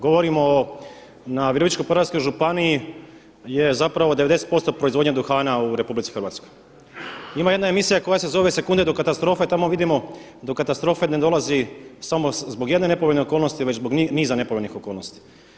Govorimo o na Virovitičko-podravskoj županiji je 90% proizvodnja duhana u RH, ima jedna emisija koja se zove „Sekunde do katastrofe“ tamo vidimo do katastrofe ne dolazi samo zbog jedne nepovoljne okolnosti, već zbog niza nepovoljnih okolnosti.